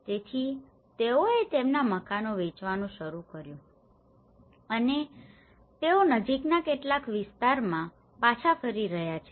તેથી તેઓએ તેમના મકાનો વેચવાનું શરૂ કર્યું અને તેઓ નજીકના કેટલાક વિસ્તારોમાં પાછા ફરી રહ્યા છે